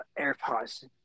AirPods